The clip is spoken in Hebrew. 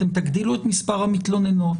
אתם תגדילו את מספר המתלוננות,